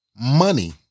money